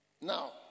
Now